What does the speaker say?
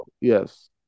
Yes